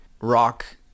rock